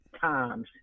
times